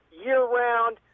year-round